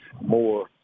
more